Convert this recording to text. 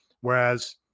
Whereas